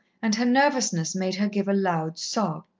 and her nervousness made her give a loud sob.